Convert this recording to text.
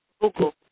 Google